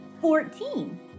fourteen